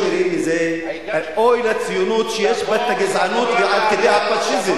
אוי לציונות שיש בה הגזענות עד כדי פאשיזם.